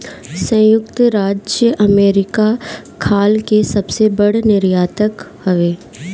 संयुक्त राज्य अमेरिका खाल के सबसे बड़ निर्यातक हवे